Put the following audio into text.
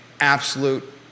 absolute